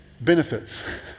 benefits